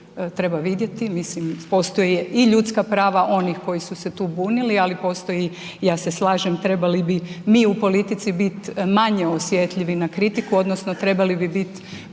treba vidjeti, mislim postoje i ljudska prava onih koji su se tu bunili ali postoji, ja se slažem trebali bi mi u politici biti manje osjetljivi na kritiku, odnosno trebali bi biti